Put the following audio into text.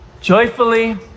joyfully